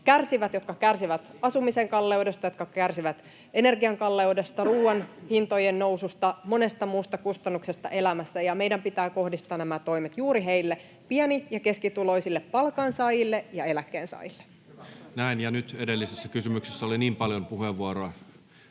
jotka kärsivät asumisen kalleudesta, jotka kärsivät energian kalleudesta, ruuan hintojen noususta, monesta muusta kustannuksesta elämässä, ja meidän pitää kohdistaa nämä toimet juuri heille, pieni- ja keskituloisille palkansaajille ja eläkkeensaajille. Näin. — Nyt edellisessä kysymyksessä oli niin paljon puheenvuoroa